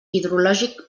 hidrològic